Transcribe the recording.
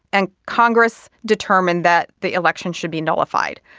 and congress determined that the election should be nullified.